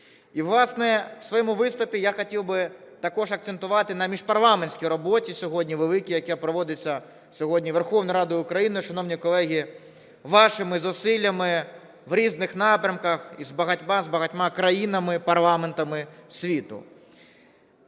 власне, у своєму виступі я хотів би також акцентувати на міжпарламентській роботі сьогодні великій, яка проводиться сьогодні Верховною Радою України, шановні колеги, вашими зусиллями в різних напрямках і з багатьма, з багатьма країнами, парламентами світу.